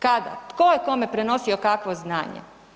Kada, tko je kome prenosio kakvo znanje?